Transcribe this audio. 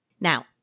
Now